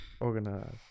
organized